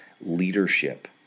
leadership